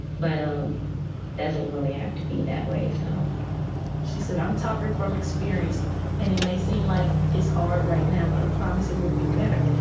but it um doesn't really have to be that way so she said, i'm talking from experience and it may seem like is hard right now, but i promise it will be better.